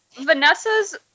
Vanessa's